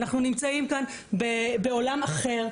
אנחנו נמצאים כאן בעולם אחר.